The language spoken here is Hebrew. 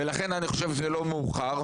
לכן אני חושב שזה לא מאוחר,